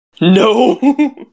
No